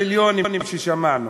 המיליונים ששמענו,